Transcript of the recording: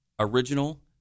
original